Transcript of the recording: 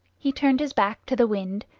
he turned his back to the wind,